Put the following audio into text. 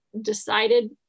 decided